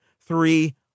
three